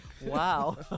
Wow